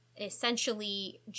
essentially